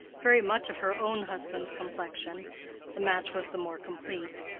very much of her own husband's complexion the match was the more complete.